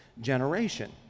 generation